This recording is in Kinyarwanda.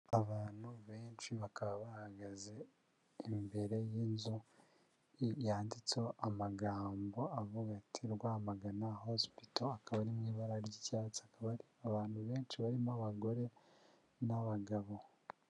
Abantu benshi bakaba bahagaze imbere y'inzu yanditseho amagambo avuga ati: Rwamagana Hospital, akaba ari mu ibara ry'icyatsi, akaba ari abantu benshi barimo abagore n'abagabo.